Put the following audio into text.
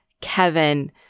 Kevin